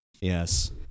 Yes